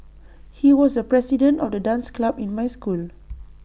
he was the president of the dance club in my school